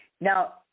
Now